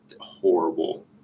horrible